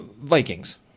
Vikings